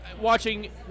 watching